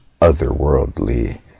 otherworldly